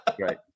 right